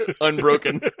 unbroken